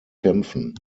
kämpfen